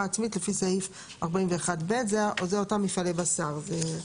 עצמית לפי סעיף 41(ב)"; זה נוגע למפעלי בשר.